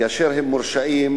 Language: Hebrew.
כאשר הם מורשעים,